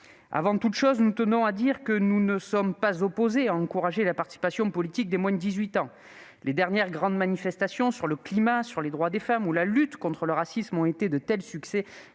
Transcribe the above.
Avant toute chose, nous tenons à dire que nous ne sommes pas opposés à encourager la participation politique des moins de 18 ans. Les dernières grandes manifestations pour le climat, les droits des femmes ou la lutte contre le racisme ont été de tels succès